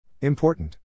Important